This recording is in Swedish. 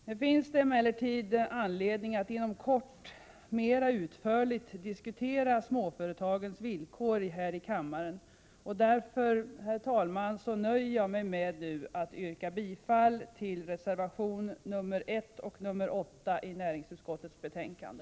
Det finns emellertid anledning att inom kort mera utförligt diskutera småföretagens villkor och därför, herr talman, nöjer jag mig med att nu yrka bifall till reservationerna 1 och 8 i näringsutskottets betänkande.